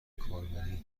کاربری